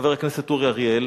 חבר הכנסת אורי אריאל,